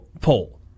poll